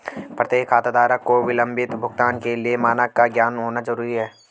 प्रत्येक खाताधारक को विलंबित भुगतान के लिए मानक का ज्ञान होना जरूरी है